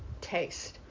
taste